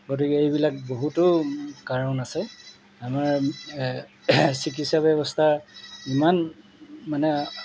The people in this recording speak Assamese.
গতিকে এইবিলাক বহুতো কাৰণ আছে আমাৰ চিকিৎসা ব্যৱস্থা ইমান মানে